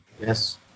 yes